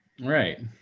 Right